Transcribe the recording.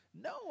No